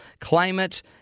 climate